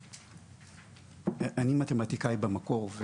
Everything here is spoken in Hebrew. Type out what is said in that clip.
אני מתמטיקאי במקור.